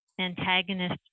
antagonist